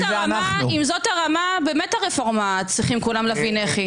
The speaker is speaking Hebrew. אם זאת הרמה באמת צריכים כולם להבין איך הרפורמה.